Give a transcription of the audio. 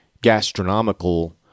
gastronomical